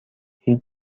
هیچ